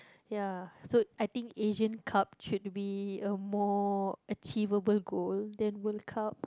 ya so I think Asian Cup should be a more achievable goal than World Cup